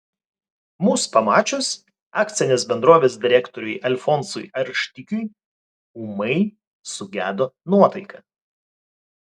mus pamačius akcinės bendrovės direktoriui alfonsui arštikiui ūmai sugedo nuotaika